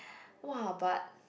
!wah! but